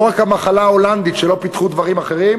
לא רק המחלה ההולנדית, שלא פיתחו דברים אחרים,